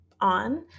on